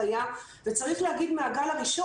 הפסיכולוגיים החינוכיים לצורך הקצאת סלים של טיפול.